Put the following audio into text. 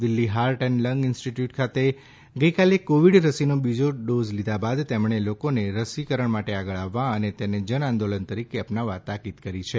Delhi heart and lung institute ખાતે ગઇકાલે Covid રસીનો બીજો ડોઝ લીધા બાદ તેમણે લોકોને રસીકરણ માટે આગળ આવવા અને તેને જન આંદોલન તરીકે અપનાવવા તાકીદ કરી છે